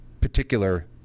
particular